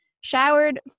showered